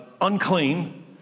unclean